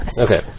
Okay